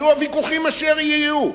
יהיו הוויכוחים אשר יהיו,